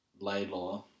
Laidlaw